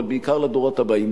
אבל בעיקר לדורות הבאים,